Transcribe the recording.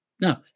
Now